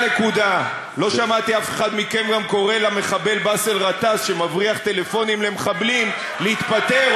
(חבר הכנסת טלב אבו עראר יוצא מאולם המליאה.) זה נכון.